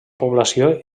població